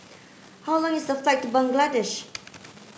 how long is the flight to Bangladesh